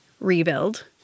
rebuild